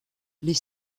les